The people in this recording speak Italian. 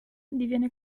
diviene